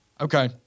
Okay